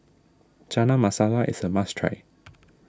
Chana Masala is a must try